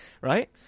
Right